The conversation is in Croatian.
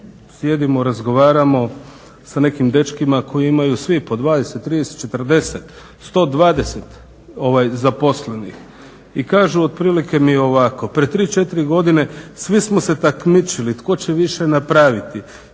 sjedimo, razgovaramo sa nekim dečkima koji imaju svi po 20, 30, 40, 120 zaposlenih i kažu otprilike mi ovako. Pred 3, 4 godine svi smo se takmičili tko će više napraviti,